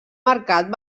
mercat